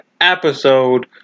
episode